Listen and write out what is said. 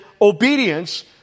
obedience